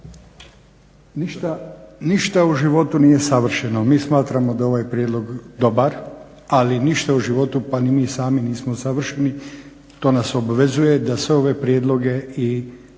Ništa u životu nije savršeno. Mi smatramo da je ovaj prijedlog dobar, ali ništa u životu pa ni mi sami nismo savršeni, to nas obvezuje da sve ove prijedloge i